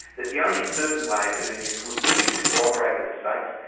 the only certain way of doing this would be to cooperate with the states.